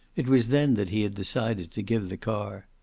it was then that he had decided to give the car.